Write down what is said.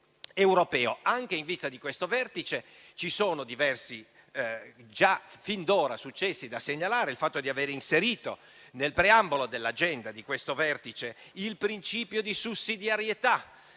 in vista di questo vertice, ci sono già fin d'ora diversi successi da segnalare, ad esempio il fatto di avere inserito nel preambolo dell'agenda di questo vertice il principio di sussidiarietà,